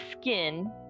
skin